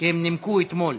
הם נימקו אתמול.